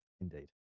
indeed